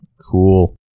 Cool